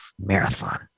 marathon